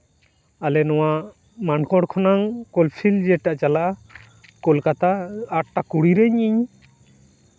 ᱟᱞᱮ ᱱᱚᱣᱟ ᱢᱟᱱᱠᱚᱲ ᱠᱷᱚᱱᱟᱝ ᱠᱳᱞᱯᱷᱤᱱ ᱡᱮᱴᱟ ᱪᱟᱞᱟᱜᱼᱟ ᱠᱳᱞᱠᱟᱛᱟ ᱟᱴᱴᱟ ᱠᱩᱲᱤ ᱨᱮ ᱤᱧ